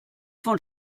von